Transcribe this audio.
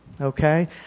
Okay